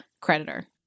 creditor